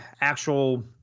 actual